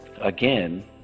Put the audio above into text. again